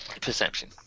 Perception